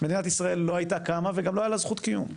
מדינת ישראל לא הייתה קמה וגם לא הייתה לה זכות קיום.